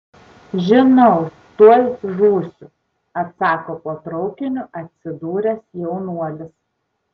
žinau tuoj žūsiu atsako po traukiniu atsidūręs jaunuolis